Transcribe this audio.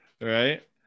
Right